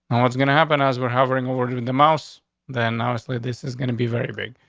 um what's gonna happen as were hovering ordering the mouse then, honestly, this is gonna be very big.